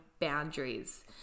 boundaries